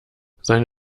seine